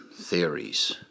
theories